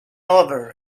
over